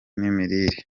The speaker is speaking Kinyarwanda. n’imirire